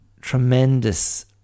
tremendous